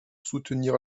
soutenir